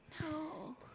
No